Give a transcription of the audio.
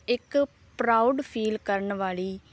ਇੱਕ proud feel ਕਰਨ ਵਾਲੀ